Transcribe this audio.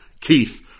Keith